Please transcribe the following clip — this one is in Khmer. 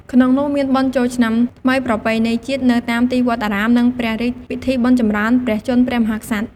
ក្នុងនោះមានបុណ្យចូលឆ្នាំថ្មីប្រពៃណីជាតិ នៅតាមទីវត្តអារាម និងព្រះរាជពិធីបុណ្យចម្រើនព្រះជន្មព្រះមហាក្សត្រ ។